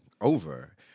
over